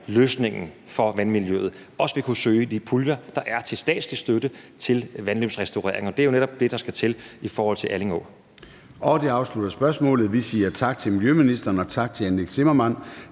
løsningen for vandmiljøet, også vil kunne søge de puljer, der er til statslig støtte til vandløbsrestaurering, og det er jo netop det, der skal til i forhold til Alling Å. Kl. 13:31 Formanden (Søren Gade): Det afslutter spørgsmålet. Vi siger tak til miljøministeren, og tak til hr. Nick Zimmermann